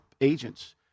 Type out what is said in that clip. agents